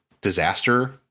disaster